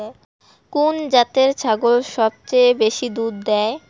কুন জাতের ছাগল সবচেয়ে বেশি দুধ দেয়?